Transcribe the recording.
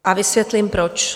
A vysvětlím proč.